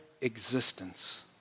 existence